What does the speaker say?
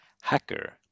hacker